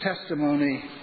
testimony